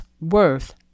Worth